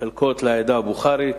חלקות לעדה הבוכרית